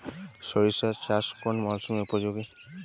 সরিষা চাষ কোন মরশুমে উপযোগী?